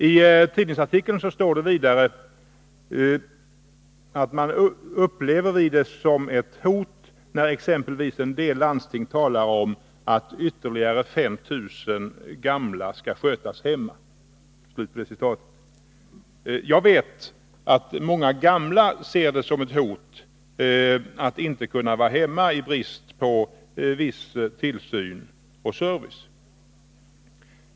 I tidningsartikeln står det vidare att statsrådet Gradin sagt att ”vi upplever det som ett hot när exempelvis en del landsting talar om att ytterligare 5 000 gamla skall skötas hemma”. Jag vet att många gamla ser det som ett hot att inte kunna vara hemma i brist på viss tillsyn och service.